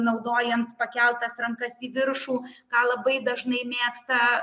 naudojant pakeltas rankas į viršų ką labai dažnai mėgsta